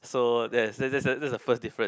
so that is that that that is the first difference